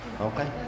Okay